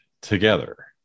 together